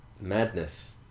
madness